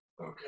Okay